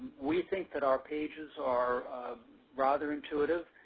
we think that our pages are rather intuitive,